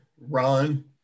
run